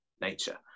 nature